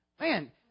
Man